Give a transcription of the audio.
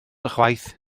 ychwaith